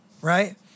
right